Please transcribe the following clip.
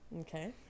Okay